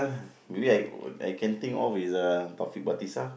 maybe I I can think of is Taufik-Batisah